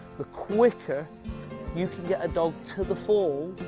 the quicker you can get a dog to the fall